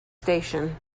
station